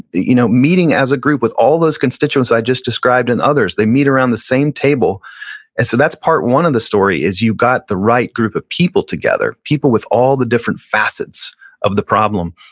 you know meeting as a group with all those constituents i just described and others, they meet around the same table and so that's part one of the story is you got the right group of people together, people with all the different facets of the problem.